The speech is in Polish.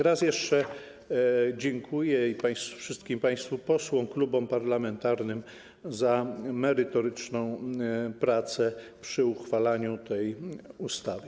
Raz jeszcze dziękuję wszystkim państwu posłom, klubom parlamentarnym za merytoryczną pracę przy uchwalaniu tej ustawy.